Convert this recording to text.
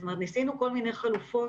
זאת אומרת, ניסינו כל מיני חלופות